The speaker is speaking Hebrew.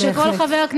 בהחלט.